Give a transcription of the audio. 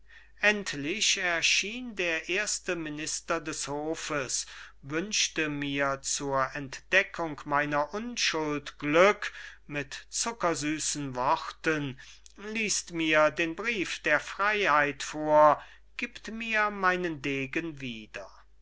endlich erschien der erste minister des hofes wünschte mir zur entdeckung meiner unschuld glück mit zuckersüssen worten liest mir den brief der freiheit vor gibt mir meinen degen wieder